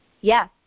Yes